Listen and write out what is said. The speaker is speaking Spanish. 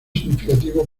significativos